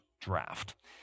draft